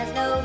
no